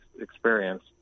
experience